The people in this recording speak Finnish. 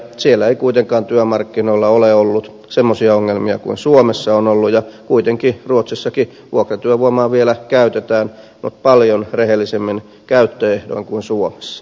siellä ei kuitenkaan työmarkkinoilla ole ollut semmoisia ongelmia kuin suomessa on ollut ja kuitenkin ruotsissakin vuokratyövoimaa vielä käytetään mutta paljon rehellisemmin käyttöehdoin kuin suomessa